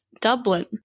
Dublin